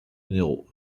minéraux